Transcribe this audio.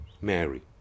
Mary